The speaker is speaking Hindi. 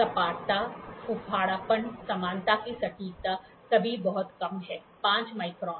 सपाटता फूहड़पन समानता की सटीकता सभी बहुत कम है 5 माइक्रोन